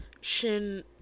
shin